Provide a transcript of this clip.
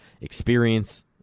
experience